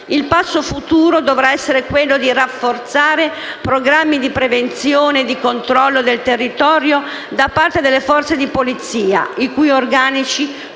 Il passo futuro dovrà essere quello di rafforzare programmi di prevenzione e di controllo del territorio da parte delle Forze di polizia, i cui organici, come ben